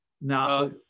Now